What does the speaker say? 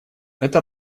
это